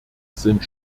sind